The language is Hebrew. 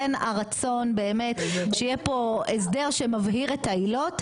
בין הרצון באמת שיהיה פה הסדר שמבהיר את העילות,